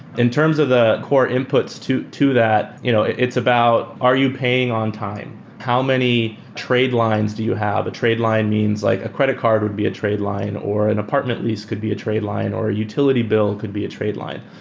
in terms of the core inputs to to that, you know it it's about are you paying on time? how many trade lines do you have? a trade line means like a credit card would be a trade line, or an apartment lease could be a trade line, or a utility bill could be a trade line.